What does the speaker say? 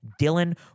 Dylan